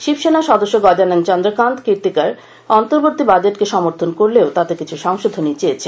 শিবসেনা সদস্য গজানন চন্দ্রকান্ত কির্তিকর অন্তবর্তী বাজেটকে সমর্থন করলেও তাতে কিছু সংশোধনী চেয়েছেন